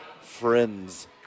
Friends